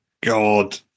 God